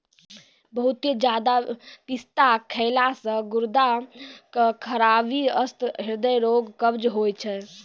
बहुते ज्यादा पिस्ता खैला से गुर्दा के खराबी, दस्त, हृदय रोग, कब्ज होय छै